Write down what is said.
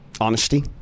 honesty